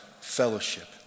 fellowship